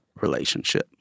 relationship